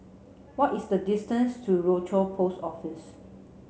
what is the distance to Rochor Post Office